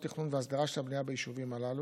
תכנון והסדרה של המדינה ביישובים הללו.